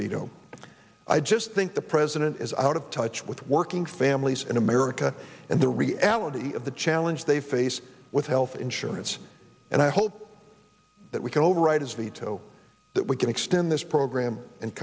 veto i just think the president is out of touch with working families in america and the reality of the challenge they face with health insurance and i hope that we can override his veto that we can extend this program and